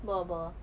what about her